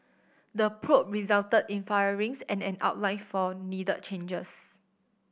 the probe resulted in firings and an outline for needed changes